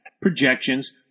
projections